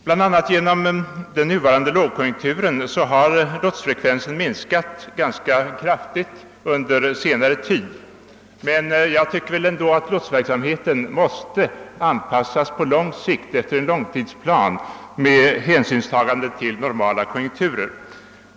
Bl.a. genom den nuvarande lågkonjunkturen har lotsningsfrekvensen minskat ganska kraftigt under sista tiden. Jag anser emellertid att lotsningsverksamheten måste anpassas efter en långtidsplan, i vilken man tar hänsyn till normala konjunkturer.